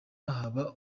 haba